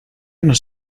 nos